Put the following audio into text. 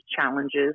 challenges